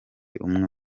umwe